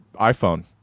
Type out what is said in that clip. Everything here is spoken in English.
iPhone